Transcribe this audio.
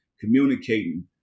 communicating